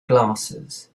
glasses